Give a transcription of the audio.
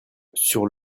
sur